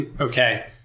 Okay